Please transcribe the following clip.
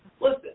Listen